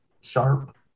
sharp